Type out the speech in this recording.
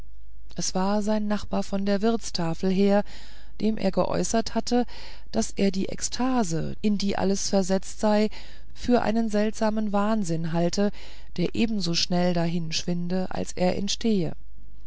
es war sein nachbar von der wirtstafel her dem er geäußert hatte daß er die ekstase in die alles versetzt sei für einen seltsamen wahnsinn halte der ebenso schnell dahinschwinde als er entstehe